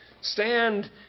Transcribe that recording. Stand